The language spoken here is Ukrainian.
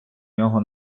нього